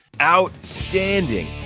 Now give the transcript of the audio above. Outstanding